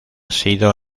sido